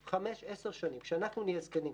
חמש, עשר שנים, כשאנחנו נהיה זקנים,